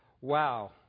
wow